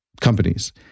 companies